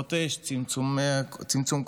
הפסקות אש, צמצום כוחות,